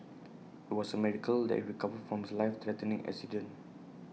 IT was A miracle that he recovered from his life threatening accident